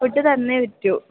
food തന്നേ പറ്റൂ